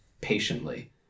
patiently